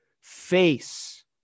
face